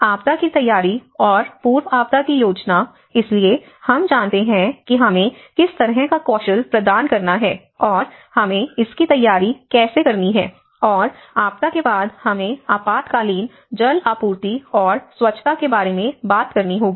आपदा की तैयारी और पूर्व आपदा की योजना इसलिए हम जानते हैं कि हमें किस तरह का कौशल प्रदान करना है और हमें इसकी तैयारी कैसे करनी है और आपदा के बाद हमें आपातकालीन जल आपूर्ति और स्वच्छता के बारे में बात करनी होगी